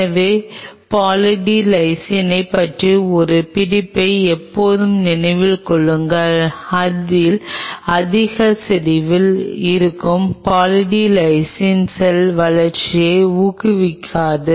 எனவே poly D லைசினைப் பற்றிய ஒரு பிடிப்பை எப்போதும் நினைவில் கொள்ளுங்கள் அதிக செறிவில் இருக்கும் பாலி டி லைசின் செல் வளர்ச்சியை ஊக்குவிக்காது